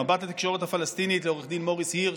למבט לתקשורת הפלסטינית, לעו"ד מוריס הירש,